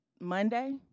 Monday